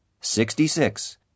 Sixty-six